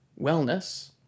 wellness